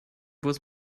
bus